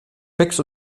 fix